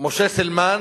משה סילמן,